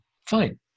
fine